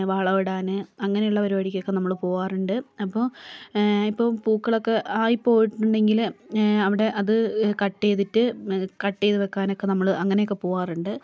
വളമിടാൻ അങ്ങനെയുള്ള പരിപാടിക്കൊക്കെ നമ്മൾ പോകാറുണ്ട് അപ്പോൾ ഇപ്പോൾ പൂക്കളൊക്കെ ആയി പോയിട്ടുണ്ടെങ്കിൽ അവിടെ അത് കട്ട് ചെയ്തിട്ട് കട്ട് ചെയ്തു വെയ്ക്കാൻ ഒക്കെ നമ്മൾ അങ്ങനെയൊക്കെ പോകാറുണ്ട്